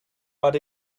but